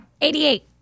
88